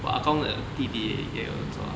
我阿公的弟弟也有做